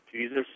Jesus